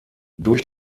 durch